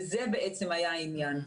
וזה בעצם היה העניין.